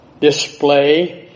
display